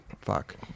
Fuck